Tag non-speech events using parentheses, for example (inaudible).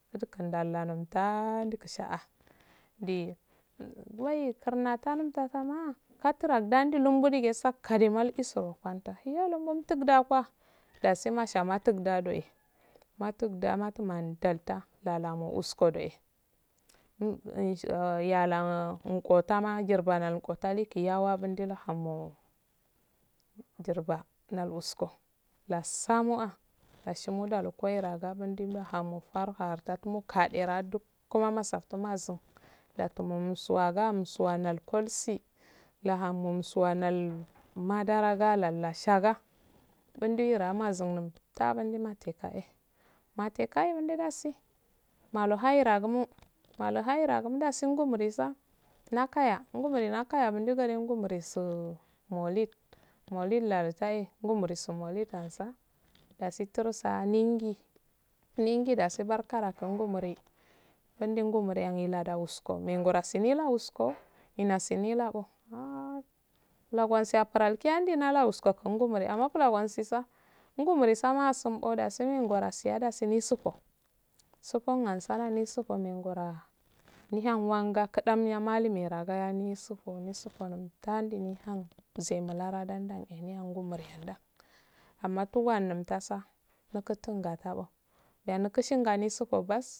Dee wai kurnnatah numtu jama katra lda lumddu stakallema iligolo fanta hiyo longudo fattah dashi masha mattu dda doehy mattuda matuma datta lala mushw ehey (hesitation) yala ngotama njirmanl nqotama liki yawa mdila halu jirbba uskko lassamoah dashi mulalu kohey raga mundi hamo rufa kaderaddo kuma masafttun yatumo sagwa wanal kolssi lahaol suwa mol madara sal ale shawa umduwera zumddum ttah mundasattah mateqa deh dasi malu hairra gumo malu haira do dasi ngumuni su nakaya ngumuni nakayah do gade ngumai su maullid maullid na littahey ngumisu maulid ndasu daii sursa ningi ninggai dasu barkaro nonmol ngumuni mundi ngum elada wuskko engaro milawuskko eresi limawwo ahh longarasi nagi amma bilanguyanso ngumurso ma asum go dasi ngoro asum go dasi ndisufo suffon dan salah so misumffo mehgorah mihun wangga kiddan malume ragaya mesufo mesuffo lon ttah mdom zaimilaradan yehun ngummunsiyadden aluma tuwandanda makutur gatabo yakishiminsabo